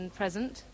present